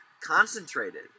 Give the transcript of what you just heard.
concentrated